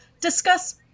discuss